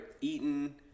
eaten